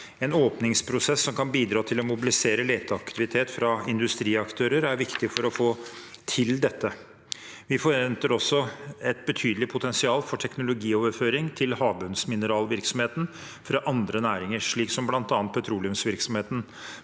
En åpningsprosess som kan bidra til å mobilisere leteaktivitet fra industriaktører, er viktig for å få til dette. Vi forventer også et betydelig potensial for teknologioverføring til havbunnsmineralvirksomheten fra andre næringer, slik som bl.a. petroleumsvirksomheten,